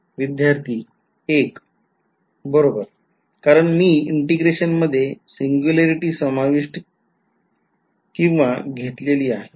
विध्यार्थी १ एक एक बरोबर कारण मी integration मध्ये सिंग्युलॅरिटी समाविष्ठ किंवा घेतलेली आहे